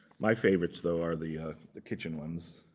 my favorites though are the the kitchen ones.